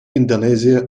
индонезия